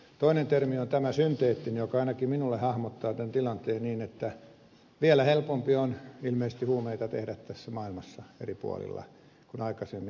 toinen termi on tämä synteettinen joka ainakin minulle hahmottaa tilanteen niin että vielä helpompi on ilmeisesti huumeita tehdä tässä maailmassa eri puolilla kuin aikaisemmin